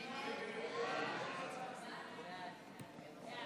סעיפים 5 6 נתקבלו.